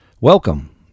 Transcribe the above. welcome